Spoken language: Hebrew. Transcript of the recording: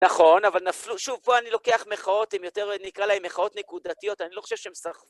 נכון, אבל נפלו, שוב, פה אני לוקח מחאות, אם יותר נקרא להם מחאות נקודתיות, אני לא חושב שהם סח...